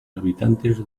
habitantes